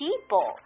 people